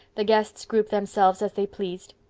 the guests grouped themselves as they pleased.